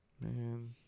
man